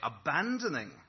abandoning